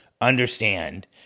understand